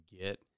get